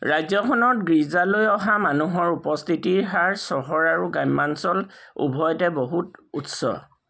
ৰাজ্যখনত গীৰ্জালৈ অহা মানুহৰ উপস্থিতিৰ হাৰ চহৰ আৰু গ্ৰাম্যাঞ্চল উভয়তে বহুত উচ্চ